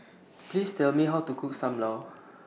Please Tell Me How to Cook SAM Lau